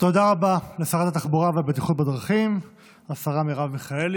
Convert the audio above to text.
תודה רבה לשרת התחבורה והבטיחות בדרכים השרה מרב מיכאלי.